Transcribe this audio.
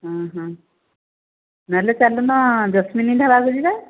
ନହେଲେ ଚାଲୁନ ଯସ୍ମିନ୍ ଢାବାକୁ ଯିବା